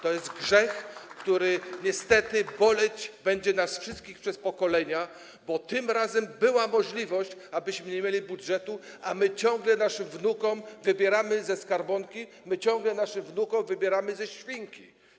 To jest grzech, który niestety boleć będzie nas wszystkich przez pokolenia, bo tym razem była możliwość, abyśmy nie mieli deficytu, a my ciągle naszym wnukom wybieramy ze skarbonki, ciągle naszym wnukom wybieramy ze świnki.